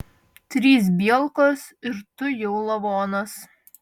trys bielkos ir tu jau lavonas